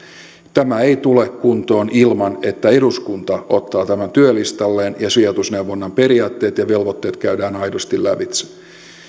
tämä ei tule kuntoon ilman että eduskunta ottaa tämän työlistalleen ja sijoitusneuvonnan periaatteet ja velvoitteet käydään aidosti lävitse